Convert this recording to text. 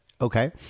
okay